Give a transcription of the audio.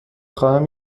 خواهم